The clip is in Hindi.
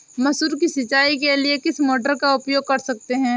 मसूर की सिंचाई के लिए किस मोटर का उपयोग कर सकते हैं?